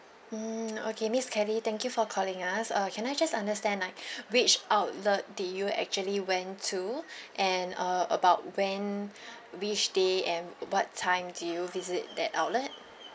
mm okay miss kelly thank you for calling us uh can I just understand like which outlet did you actually went to and uh about when which day and what time did you visit that outlet